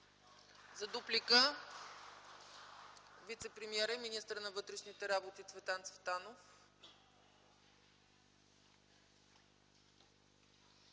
За дуплика – вицепремиерът и министър на вътрешните работи Цветан Цветанов.